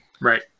Right